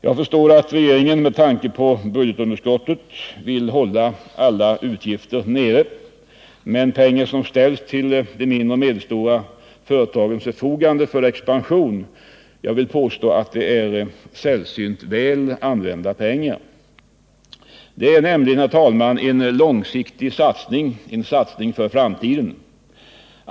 Jag förstår att regeringen med tanke på budgetunderskottet vill hålla alla utgifter nere, men pengar som ställs till de mindre och medelstora företagens förfogande för expansion vill jag påstå är sällsynt väl använda pengar. Det är nämligen en långsiktig satsning, en satsning för framtiden.